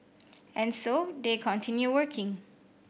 and so they continue working